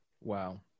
Wow